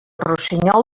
rossinyol